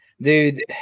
Dude